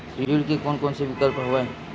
ऋण के कोन कोन से विकल्प हवय?